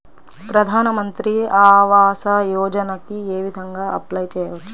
ప్రధాన మంత్రి ఆవాసయోజనకి ఏ విధంగా అప్లే చెయ్యవచ్చు?